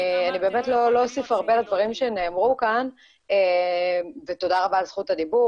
אני באמת לא אוסיף הרבה לדברים שנאמרו כאן ותודה רבה על זכות הדיבור.